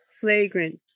flagrant